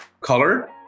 color